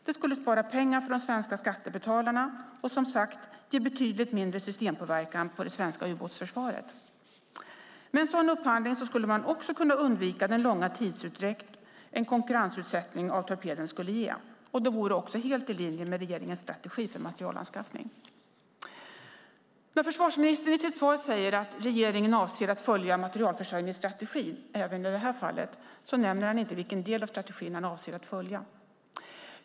Det skulle spara pengar för de svenska skattebetalarna och, som sagt, ge betydligt mindre systempåverkan på det svenska ubåtsförsvaret. Med en sådan upphandling skulle man också kunna undvika den långa tidsutdräkt som en konkurrensutsättning av torpeden skulle ge. Det vore också helt i linje med regeringens strategi för materielanskaffning. När försvarsministern i sitt svar säger att regeringen avser att följa materielförsörjningsstrategin även i det här fallet nämner han inte vilken del av strategin han avser att följa.